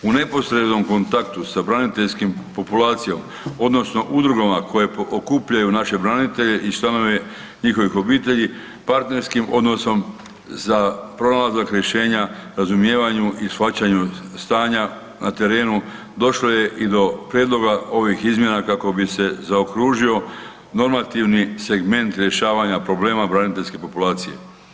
U neposrednom kontaktu sa braniteljskom populacijom odnosno udrugama koje okupljaju naše branitelje i članove njihovih obitelji, partnerskim odnosom za pronalazak rješenja, razumijevanju i shvaćanju stanja na terenu došlo je i do prijedloga ovih izmjena kako bi se zaokružio normativni segment rješavanja problema braniteljske populacije.